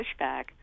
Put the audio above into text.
pushback